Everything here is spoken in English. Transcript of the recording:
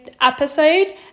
episode